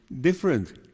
different